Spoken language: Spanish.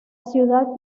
ciudad